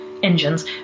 engines